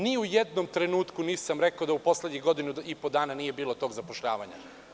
Ni u jednom trenutku nisam rekao da u poslednjih godinu i po dana nije bilo tog zapošljavanja.